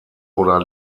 oder